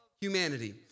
humanity